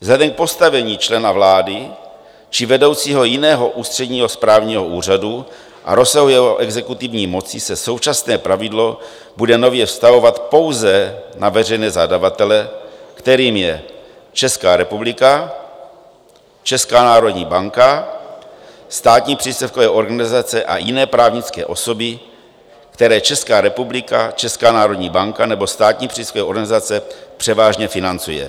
Vzhledem k postavení člena vlády či vedoucího jiného ústředního správního úřadu a rozsahu jeho exekutivní moci se současné pravidlo bude nově vztahovat pouze na veřejné zadavatele, kterým je Česká republika, Česká národní banka, státní příspěvkové organizace a jiné právnické osoby, které Česká republika, Česká národní banka nebo státní příspěvkové organizace převážně financuje.